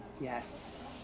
Yes